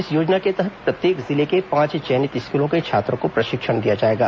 इस योजना के तहत प्रत्येक जिले के पांच चयनित स्कूलों के छात्रों को प्रशिक्षण दिया जाएगा